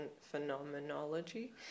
phenomenology